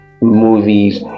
movies